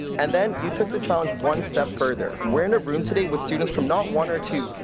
and then you took the challenge one step further. we're in a room today with students from not one or two,